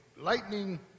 Lightning